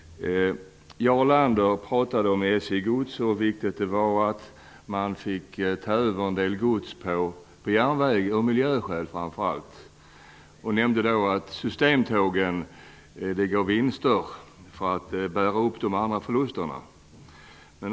Jarl Lander talade om SJ Gods och hur viktigt det var att man fick ta över en del gods på järnväg, framför allt av miljöskäl. Han nämnde då att systemtågen gav vinster för att bära de andra förlusterna.